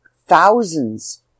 thousands